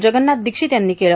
जगल्नाथ दोक्षित यांनी केलं